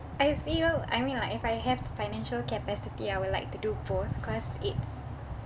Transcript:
I feel I mean like if I have the financial capacity I would like to do both cause it's